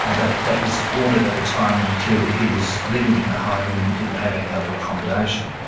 and that that was ordered at a time when clearly he was living in the home and didn't have any other accommodation.